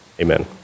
amen